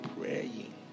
Praying